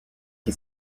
qui